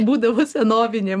būdavo senovinėm